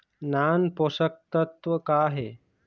नान पोषकतत्व का हे?